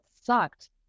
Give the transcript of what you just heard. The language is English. sucked